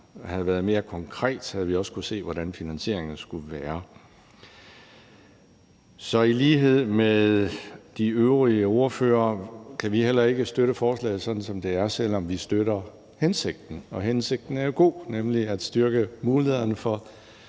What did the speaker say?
havde været mere konkret, havde vi også kunnet se, hvordan finansieringen skulle være. Så i lighed med de øvrige ordfører kan vi ikke støtte forslaget, sådan som det ligger, selv om vi støtter hensigten. Hensigten er jo god, den er nemlig at styrke mulighederne for